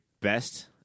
Best